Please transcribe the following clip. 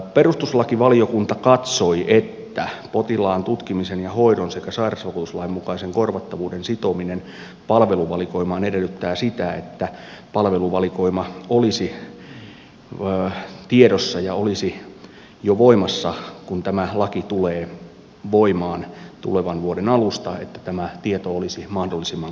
perustuslakivaliokunta katsoi että potilaan tutkimisen ja hoidon sekä sairausvakuutuslain mukaisen korvattavuuden sitominen palveluvalikoimaan edellyttää sitä että palveluvalikoima olisi tiedossa ja olisi jo voimassa kun tämä laki tulee voimaan tulevan vuoden alusta että tämä tieto olisi mahdollisimman kattavasti